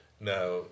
now